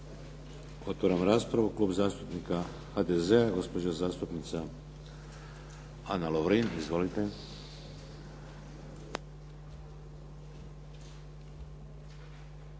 Otvaram raspravu. Klub zastupnika HDZ-a gospođa zastupnica Ana Lovrin. Izvolite.